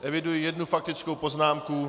Eviduji jednu faktickou poznámku.